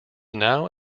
now